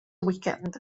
weekend